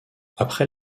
après